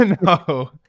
No